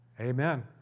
Amen